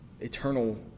eternal